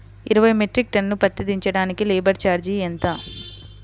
ఇరవై metric ton పత్తి దించటానికి లేబర్ ఛార్జీ ఎంత?